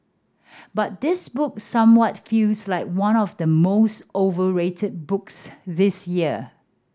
but this book somewhat feels like one of the most overrated books this year